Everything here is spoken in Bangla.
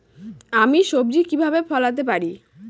আমি সবজি কিভাবে ফলাতে পারি?